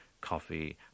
coffee